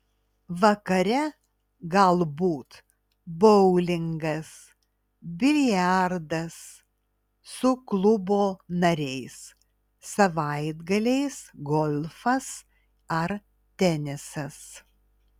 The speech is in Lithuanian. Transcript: vakare galbūt boulingas biliardas su klubo nariais savaitgaliais golfas ar tenisas